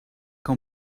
que